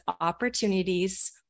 opportunities